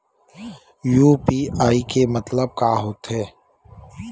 UPI के मतलब का होथे?